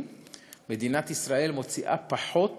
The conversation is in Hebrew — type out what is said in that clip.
מדינת ישראל מוציאה פחות